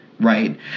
right